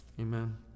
Amen